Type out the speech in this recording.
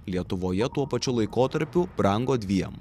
lietuvoje tuo pačiu laikotarpiu brango dviem